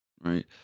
right